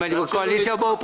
אם אני בקואליציה או באופוזיציה.